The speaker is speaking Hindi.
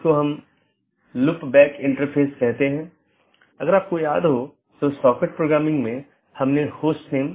और EBGP में OSPF इस्तेमाल होता हैजबकि IBGP के लिए OSPF और RIP इस्तेमाल होते हैं